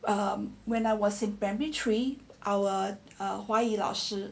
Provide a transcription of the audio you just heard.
um when I was in primary three four 华语老师